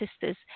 sisters